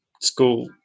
school